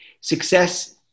success